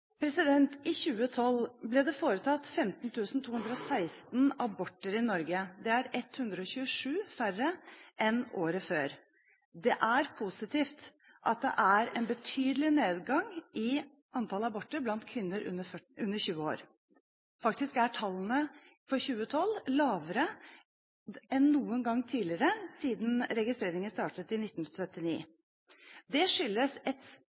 I 2012 ble det foretatt 15 216 aborter i Norge. Det var 127 færre enn året før. Det er positivt at det er en betydelig nedgang i antall aborter blant kvinner under 20 år. Faktisk er tallene for 2012 lavere enn noen gang tidligere siden registreringen startet i 1979. Det skyldes et